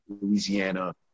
Louisiana